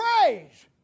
praise